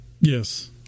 Yes